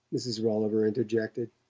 mrs. rolliver interjected.